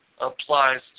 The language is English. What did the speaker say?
applies